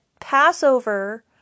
Passover